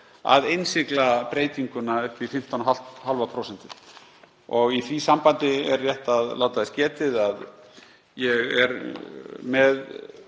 að innsigla breytingu upp í 15,5%. Í því sambandi er rétt að láta þess getið að ég er með